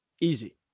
Easy